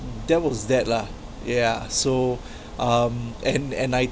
that was that lah yeah so um and and I had